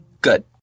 Good